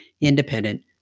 independent